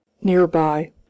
nearby